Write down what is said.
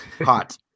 hot